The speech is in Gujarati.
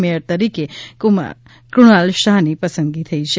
મેયર તરીકે ફણાલ શાહ પસંદગી થઇ છે